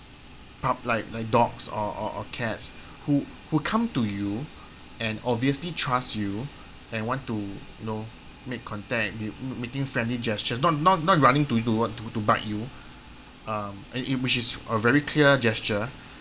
pup like like dogs or or cats who who come to you and obviously trust you and want to you know make contact m~ making friendly gestures not not not running to you or to to bite you um and which is a very clear gesture